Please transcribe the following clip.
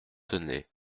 tenez